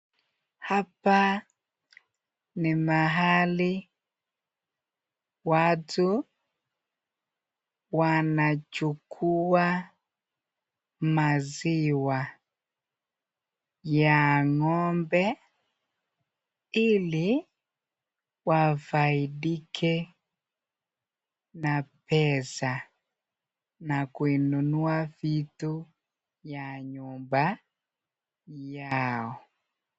Hapa ni mahali watu wanachukua maziwa ya ng'ombe ili wafaidike na pesa na kununua vitu ya nyumba yao.